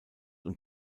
und